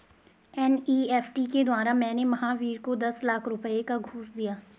NEFT के द्वारा मैंने महावीर को दस लाख रुपए का घूंस दिया